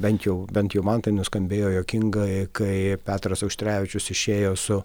bent jau bent jau man tai nuskambėjo juokingai kai petras auštrevičius išėjo su